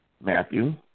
Matthew